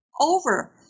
over